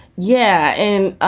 yeah. and,